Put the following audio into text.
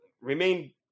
remain